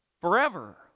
forever